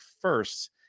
first